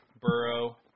Burrow